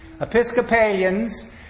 Episcopalians